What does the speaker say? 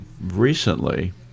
recently